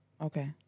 Okay